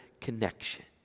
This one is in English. connection